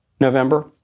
November